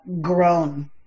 grown